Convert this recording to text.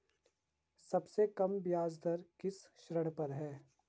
सबसे कम ब्याज दर किस ऋण पर है?